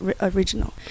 original